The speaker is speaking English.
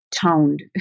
toned